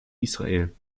israel